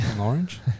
orange